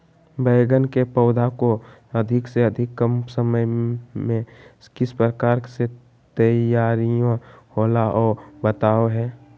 बैगन के पौधा को अधिक से अधिक कम समय में किस प्रकार से तैयारियां होला औ बताबो है?